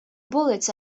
bullets